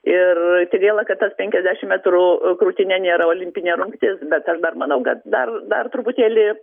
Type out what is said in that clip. ir tik gaila kad tas penkiasdešim metrų krūtine nėra olimpinė rungtis bet aš dar manau kad dar dar truputėlį